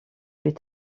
plus